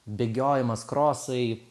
bėgiojimas krosai